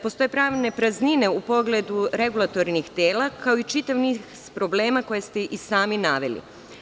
Postoje pravne praznine u pogledu regulatornih tela kao i čitav niz problema koje ste i sami naveli.